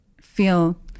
feel